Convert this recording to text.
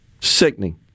Sickening